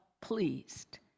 pleased